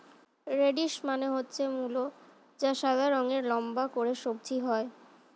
radish মানে হচ্ছে মূলো যা সাদা রঙের লম্বা করে সবজি হয়